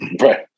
right